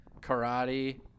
karate